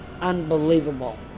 unbelievable